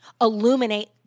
illuminate